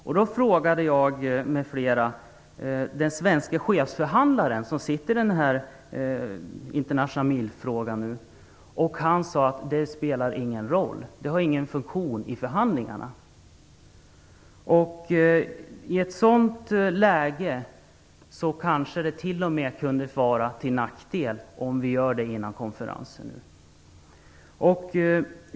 Jag och flera andra frågade den svenska chefsförhandlaren i de internationella förhandlingarna om minor. Han sade då att det inte spelar någon roll. Det fyller ingen funktion i förhandlingarna. I ett sådant läge kanske det t.o.m. kunde vara till nackdel om vi införde ett förbud före konferensen.